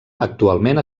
actualment